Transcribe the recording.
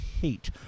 hate